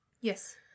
Yes